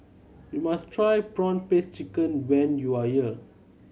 you must try prawn paste chicken when you are here